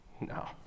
No